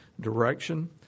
direction